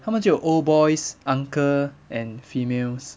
他们只有 old boys uncle and females